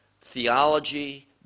theology